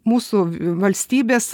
mūsų valstybės